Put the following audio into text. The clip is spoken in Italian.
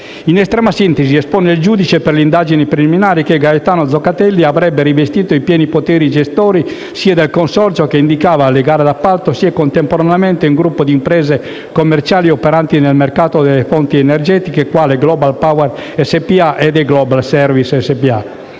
In estrema sintesi, espone il giudice per le indagini preliminari che Gaetano Zoccatelli avrebbe rivestito pieni poteri gestori sia nel consorzio, che indiceva le gare di appalto, sia contemporaneamente in un gruppo di imprese commerciali operanti nel mercato delle fonti energetiche, quali la Global Power SpA e la E-Global Service SpA.